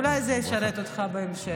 אולי זה ישרת אותך בהמשך.